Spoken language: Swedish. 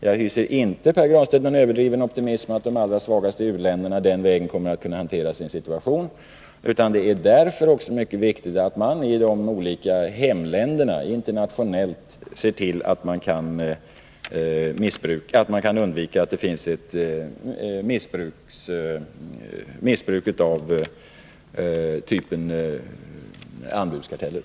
Jag hyser inte, Pär Granstedt, någon överdriven optimism i fråga om att de allra svagaste u-länderna den vägen skulle kunna hantera sin situation, utan det är också därför mycket viktigt att man i de olika hemländerna internationellt ser till att man kan undvika missbruk av anbudskarteller.